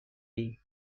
ایم